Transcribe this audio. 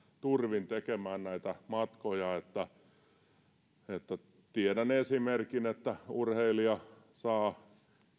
turvin tekemään näitä matkoja tiedän esimerkin että urheilija saa